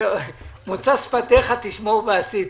מוצא שפתיך תשמור ועשית.